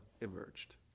emerged